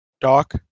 Doc